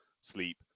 sleep